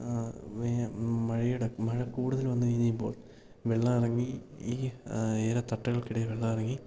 മഴയിട മഴ കൂടുതൽ വന്ന് കഴിഞ്ഞ് കഴിയുമ്പോൾ വെള്ളം ഇറങ്ങി ഈ ഏല തട്ടകൾക്കിടയിൽ വെള്ളം ഇറങ്ങി